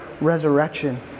resurrection